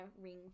ring